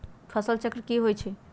फसल चक्र की होई छै?